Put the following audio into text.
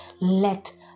Let